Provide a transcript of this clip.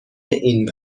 این